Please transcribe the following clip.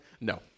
No